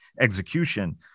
execution